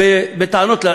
בו בדנ"א,